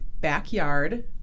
backyard